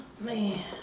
Man